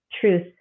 truth